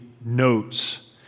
notes